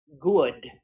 good